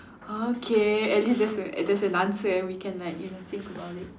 okay at least there's a there's an answer and we can like you know think about it